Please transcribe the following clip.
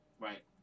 Right